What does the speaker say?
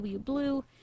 Blue